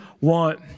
want